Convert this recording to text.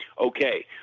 okay